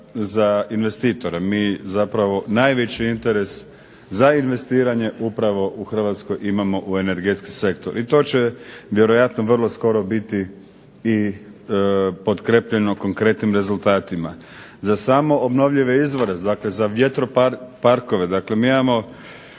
za investitore. Mi zapravo najveći interes za investiranje upravo u Hrvatskoj imamo u energetski sektor. I to će vjerojatno vrlo skoro biti i potkrijepljeno konkretnim rezultatima. Za samoobnovljive izvore, dakle za vjetroparkove mi imamo